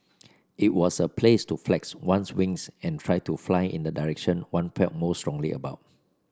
it was a place to flex one's wings and try to fly in the direction one felt most strongly about